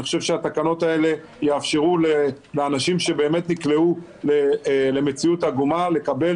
אני חושב שהתקנות האלה יאפשרו לאנשים שבאמת נקלעו למציאות עגומה לקבל